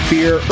Fear